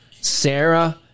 Sarah